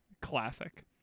Classic